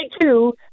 two